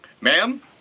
Ma'am